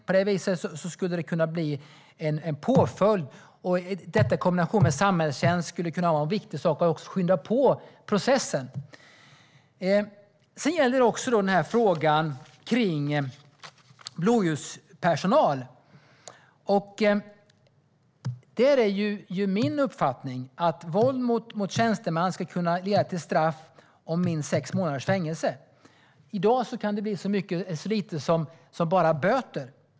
På det viset kan det bli en påföljd, och i kombination med samhällstjänst kan det också skynda på processen. När det gäller frågan om blåljuspersonal är min uppfattning att våld mot tjänsteman ska kunna leda till straff om minst sex månaders fängelse. I dag kan det bli så lite som bara böter.